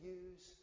use